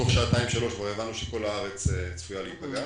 תוך שעתיים-שלוש כבר ידענו שכל הארץ צפויה להיפגע,